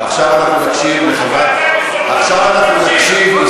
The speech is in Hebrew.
עכשיו אנחנו מבקשים,